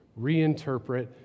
Reinterpret